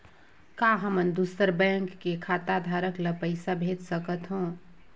का हमन दूसर बैंक के खाताधरक ल पइसा भेज सकथ हों?